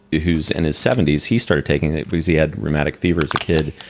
who's in his seventy s, he started taking it because he had rheumatic fever as a kid,